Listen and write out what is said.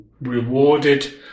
rewarded